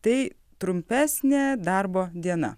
tai trumpesnė darbo diena